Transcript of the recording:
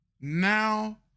now